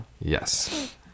yes